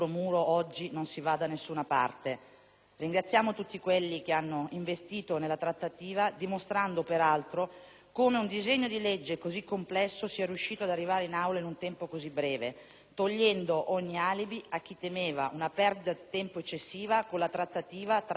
Ringraziamo tutti quelli che hanno investito nella trattativa dimostrando peraltro come un disegno di legge così complesso sia riuscito ad arrivare in Aula in un tempo così breve, togliendo ogni alibi a chi temeva una perdita di tempo eccessiva con la trattativa tra opposizione e maggioranza.